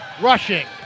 rushing